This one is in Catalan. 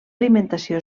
alimentació